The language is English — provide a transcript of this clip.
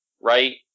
right